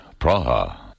Praha